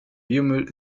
biomüll